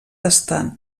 estan